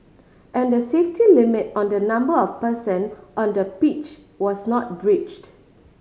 and the safety limit on the number of person on the pitch was not breached